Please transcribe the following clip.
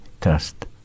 trust